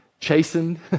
chastened